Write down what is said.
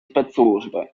спецслужби